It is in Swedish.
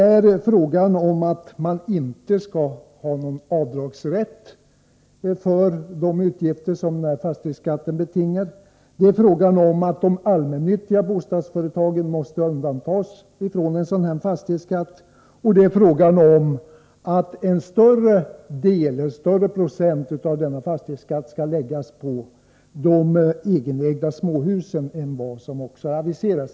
Det är att man inte skall ha någon avdragsrätt för de utgifter som fastighetsskatten betingar. Det är vidare att de allmännyttiga bostadsföretagen måste undantas från en sådan här fastighetsskatt. Det är slutligen att en större procentandel av denna fastighetsskatt skall läggas på de egenägda småhusen än vad som har aviserats.